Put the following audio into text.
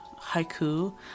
Haiku